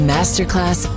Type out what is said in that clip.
Masterclass